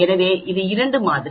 எனவே இது இரண்டு மாதிரி